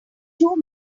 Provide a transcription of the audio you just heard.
two